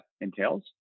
entails